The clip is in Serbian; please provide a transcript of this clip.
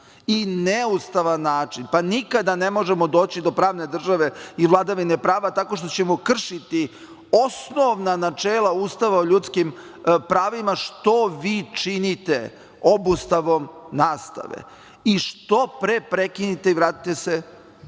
i neustavan način, pa nikada ne možemo doći do pravne države i vladavine prava tako što ćemo kršiti osnovna načela Ustava o ljudskim pravima što vi činite obustavom nastave i što pre prekinite i vratite se u